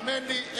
האמן לי.